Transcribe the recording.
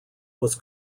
was